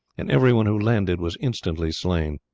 and everyone who landed was instantly slain.